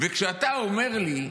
וכשאתה אומר לי: